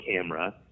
camera